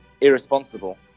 irresponsible